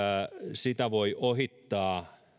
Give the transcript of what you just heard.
sitä voi ohittaa